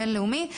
בין-לאומי,